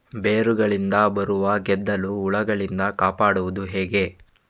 ಬೇರುಗಳಿಗೆ ಬರುವ ಗೆದ್ದಲು ಹುಳಗಳಿಂದ ಕಾಪಾಡುವುದು ಹೇಗೆ?